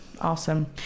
Awesome